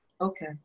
Okay